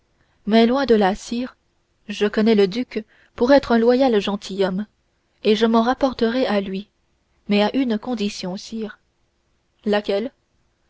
mais loin de là sire je connais le duc pour un loyal gentilhomme et je m'en rapporterai à lui mais à une condition sire laquelle